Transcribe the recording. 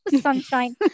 sunshine